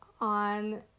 on